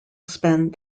spend